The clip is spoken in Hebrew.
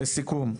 לסיכום.